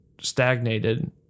stagnated